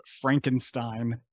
Frankenstein